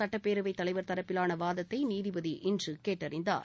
சட்டப்பேரவைதலைவர் தரப்பிலானவாதத்தைநீதிபதி இன்றுகேட்டறிந்தார்